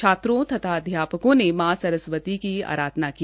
छात्रों तथा अध्यापकों ने मां सरस्वती की अराधना की